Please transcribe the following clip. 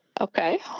Okay